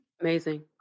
Amazing